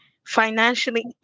financially